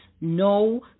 no